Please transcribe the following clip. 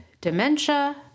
dementia